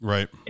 Right